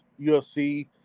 UFC